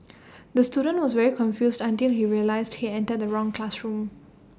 the student was very confused until he realised he entered the wrong classroom